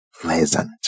Pleasant